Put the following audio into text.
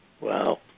Wow